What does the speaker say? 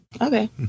okay